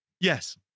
yes